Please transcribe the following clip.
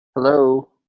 hello.